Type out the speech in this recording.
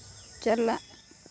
ᱪᱟᱞᱟᱜ